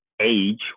age